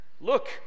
look